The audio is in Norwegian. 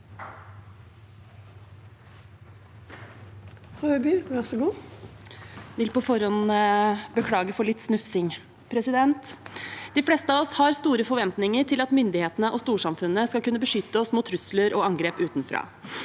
De fleste av oss har store forventninger til at myndighetene og storsamfunnet skal kunne beskytte oss mot trusler og angrep utenfra.